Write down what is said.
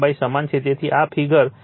તેથી આ ફિગર 22 છે